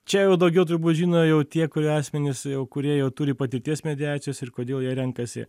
čia jau daugiau turbūt žino jau tie kurie asmenys jau kurie jau turi patirties mediacijos ir kodėl jie renkasi